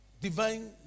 divine